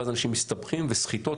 ואז אנשים מסתבכים וסחיטות,